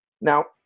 now